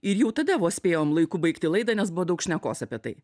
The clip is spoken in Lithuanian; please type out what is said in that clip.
ir jau tada vos spėjom laiku baigti laidą nes buvo daug šnekos apie tai